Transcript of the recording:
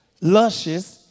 luscious